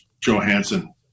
Johansson